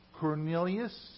Cornelius